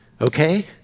okay